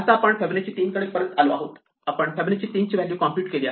आता आपण फिबोनाची 3 कडे परत आलो आहोत आपण फिबोनाची 3 ची व्हॅल्यू कॉम्प्युट केली आहे